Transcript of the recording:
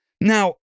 Now